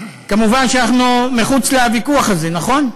מובן שאנחנו מחוץ לוויכוח הזה, נכון?